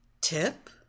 Tip